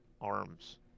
arms